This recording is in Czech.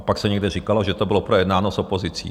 Pak se někde říkalo, že to bylo projednáno s opozicí.